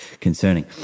concerning